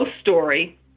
story